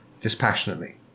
dispassionately